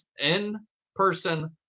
in-person